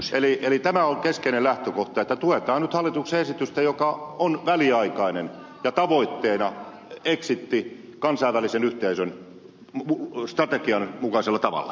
eli tämä on keskeinen lähtökohta että tuetaan nyt hallituksen esitystä joka on väliaikainen ja tavoitteena exitti kansainvälisen yhteisön strategian mukaisella tavalla